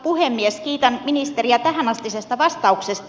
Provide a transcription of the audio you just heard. kiitän ministeriä tähänastisesta vastauksesta